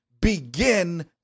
begin